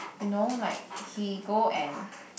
you know like he go and